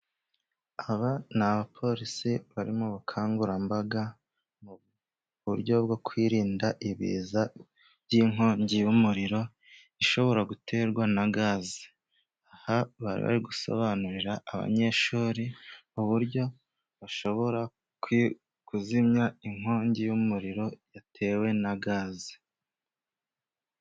Aba ni abapolisi bari mu ubukangurambaga mu buryo bwo kwirinda ibiza by'inkongi y'umuriro ishobora guterwa na gaz. Aha bari gusobanurira abanyeshuri uburyo bashobora kuzimya inkongi y'umuriro yatewe na gaze.